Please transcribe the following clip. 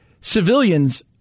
civilians